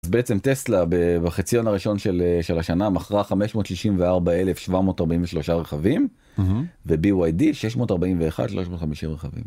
בעצם טסלה, בחציון הראשון של השנה, מכרה 564,743 רכבים וBYD 641,350 רכבים.